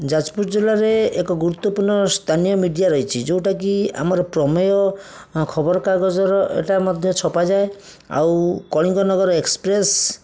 ଯାଜପୁର ଜିଲ୍ଲାରେ ଏକ ଗୁରୁତ୍ୱପୂର୍ଣ୍ଣ ସ୍ଥାନୀୟ ମିଡ଼ିଆ ରହିଛି ଯେଉଁଟାକି ଆମର ପ୍ରମେୟ ଖବରକାଗଜର ଏଇଟା ମଧ୍ୟ ଛପାଯାଏ ଆଉ କଳିଙ୍ଗନଗର ଏକ୍ସପ୍ରେସ୍